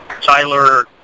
Tyler